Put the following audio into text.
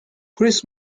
chris